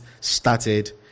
started